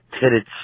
titted